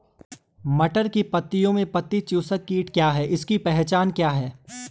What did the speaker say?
मटर की पत्तियों में पत्ती चूसक कीट क्या है इसकी क्या पहचान है?